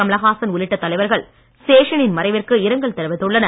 கமலஹாசன் உள்ளிட்ட தலைவர்கள் சேஷனின் மறைவிற்கு இரங்கல் தெரிவித்துள்ளனர்